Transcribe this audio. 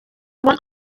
one